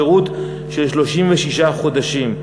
שירות של 36 חודשים.